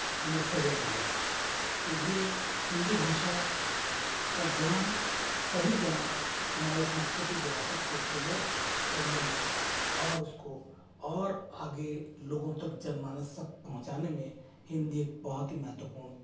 हमें सहयोग मिलेगा तो ये हिंदी भाषा का ज्ञान सही ज्ञान हमारी सांस्कृतिक विरासत को प्रमोट करने में और उसको और आगे लोगों तक जन मानस तक पहुँचाने में हिंदी एक बहुत ही महत्वपूर्ण